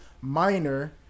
minor